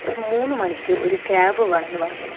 ഒരു മൂന്നു മണിക്ക് ഒരു ക്യാബ് വേണമെന്ന് പറഞ്ഞീന്